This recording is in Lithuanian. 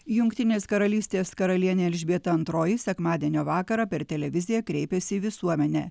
jungtinės karalystės karalienė elžbieta antroji sekmadienio vakarą per televiziją kreipėsi į visuomenę